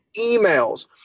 emails